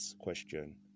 question